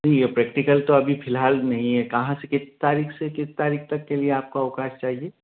जी ये प्रैक्टिकल तो अभी फिलहाल नहीं है कहाँ से किस तारीख से किस तारीख तक के लिए आपको अवकाश चाहिए